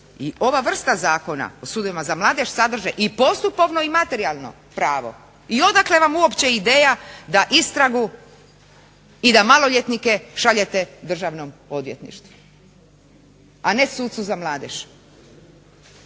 i ova vrsta Zakona o sudovima za mladež sadrže i postupovno i materijalno pravo. I odakle vam uopće ideja da istragu i da maloljetnike šaljete Državnom odvjetništvu, a ne sucu za mladež?